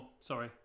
sorry